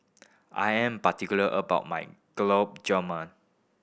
I am particular about my Gulab Jamun